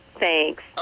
Thanks